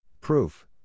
Proof